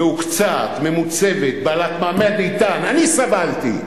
מהוקצעת, ממוצבת, בעלת מעמד איתן, אני סבלתי,